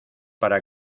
para